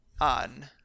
on